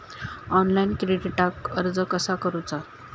Online क्रेडिटाक अर्ज कसा करुचा?